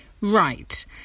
Right